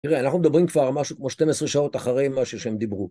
תראה, אנחנו מדברים כבר משהו כמו 12 שעות אחרי משהו שהם דיברו.